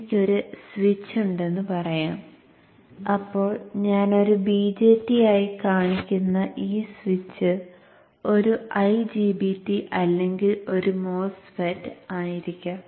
എനിക്ക് ഒരു സ്വിച്ച് ഉണ്ടെന്ന് പറയാം ഇപ്പോൾ ഞാൻ ഒരു BJT ആയി കാണിക്കുന്ന ഈ സ്വിച്ച് ഒരു IGBT അല്ലെങ്കിൽ ഒരു MOSFET ആയിരിക്കാം